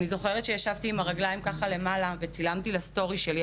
אני זוכרת שישבתי עם הרגלים למעלה וצילמתי לסטורי שלי,